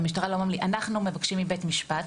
אנחנו מבקשים מבית המשפט